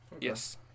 Yes